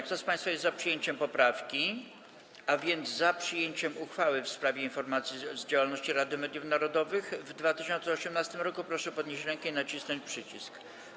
Kto z państwa jest za przyjęciem poprawki, a więc za przyjęciem uchwały w sprawie informacji z działalności Rady Mediów Narodowych w 2018 roku, proszę podnieść rękę i nacisnąć przycisk.